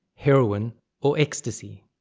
heroin or ecstasy.